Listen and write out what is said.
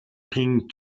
peng